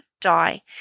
die